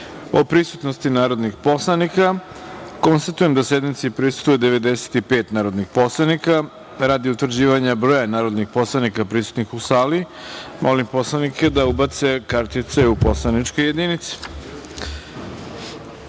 o prisutnosti narodnih poslanika, konstatujem da sednici prisustvuju 95 narodnih poslanika. Radi utvrđivanja broja narodnih poslanika prisutnih u sali, molim poslanike da ubace kartice u poslaničke